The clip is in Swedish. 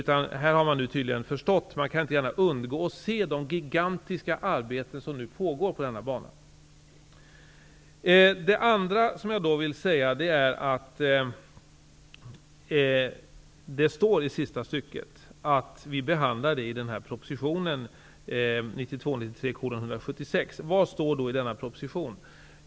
Man har inte gärna kunnat undgå att se de gigantiska arbeten som nu pågår på denna bana. Det andra som jag vill säga är att det i sista stycket anförs att vi behandlar detta i proposition 1992/93:176. Vad står då i denna proposition?